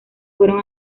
fueron